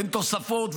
אין תוספות,